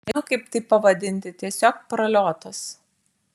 nežinau kaip tai pavadinti tiesiog praliotas